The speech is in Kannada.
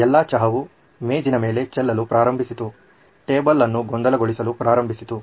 ಎಲ್ಲಾ ಚಹಾವು ಮೇಜಿನ ಮೇಲೆ ಚೆಲ್ಲಲು ಪ್ರಾರಂಭಿಸಿತು ಟೇಬಲ್ ಅನ್ನು ಗೊಂದಲಗೊಳಿಸಲು ಪ್ರಾರಂಭಿಸಿತು